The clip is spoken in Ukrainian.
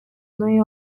неї